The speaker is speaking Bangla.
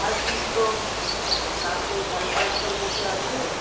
সাড়ে তিনশো চারশো সাড়ে চারশোর মধ্যে আসবে